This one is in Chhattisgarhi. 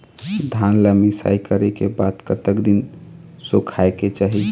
धान ला मिसाई करे के बाद कतक दिन सुखायेक चाही?